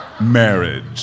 Marriage